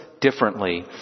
differently